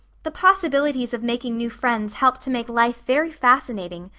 the possibilities of making new friends help to make life very fascinating.